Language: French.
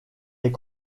est